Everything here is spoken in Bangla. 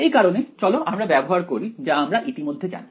এই কারণে চলো আমরা ব্যবহার করি যা আমরা ইতিমধ্যে জানি